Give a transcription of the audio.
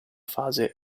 fase